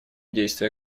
действия